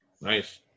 nice